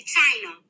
China